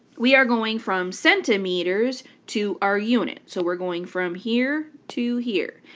we are going from centimeters to our unit. so we're going from here to here.